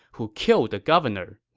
who killed the governor.